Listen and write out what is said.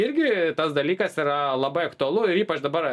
irgi tas dalykas yra labai aktualu ir ypač dabar